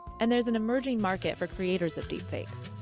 and there is an emerging market for creators of deepfakes.